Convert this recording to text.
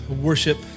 worship